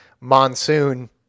monsoon